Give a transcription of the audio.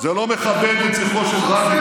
זה לא מכבד את זכרו של רבין.